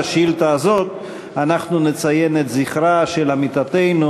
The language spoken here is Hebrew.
השאילתה הזאת אנחנו נציין את זכרה של עמיתתנו,